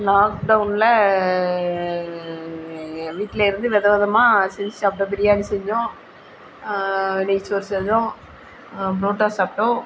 லாக்டவுனில் எங்கள் வீட்டிலேருந்து வித விதமாக செஞ்சு சாப்பிட்டோம் பிரியாணி செஞ்சோம் நெய்சோறு செஞ்சோம் ப்ரோட்டா சாப்பிட்டோம்